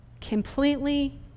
Completely